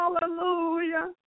hallelujah